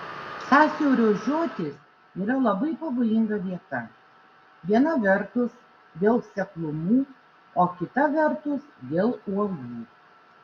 sąsiaurio žiotys yra labai pavojinga vieta viena vertus dėl seklumų o kita vertus dėl uolų